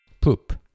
Poop